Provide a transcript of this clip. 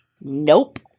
nope